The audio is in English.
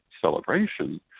celebration